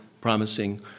promising